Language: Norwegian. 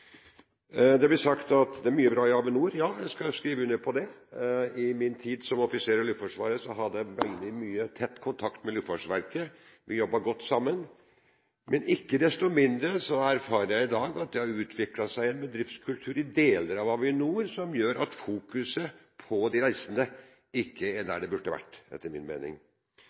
Det blir sagt at det er mye bra i Avinor. Ja, jeg skal skrive under på det. I min tid som offiser i Luftforsvaret hadde jeg veldig mye og tett kontakt med Luftfartsverket, vi jobbet godt sammen. Men ikke desto mindre erfarer jeg i dag at det har utviklet seg en bedriftskultur i deler av Avinor som gjør at fokuset etter min mening ikke er der det burde vært,